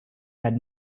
had